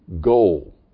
goal